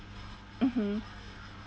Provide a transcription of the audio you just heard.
mmhmm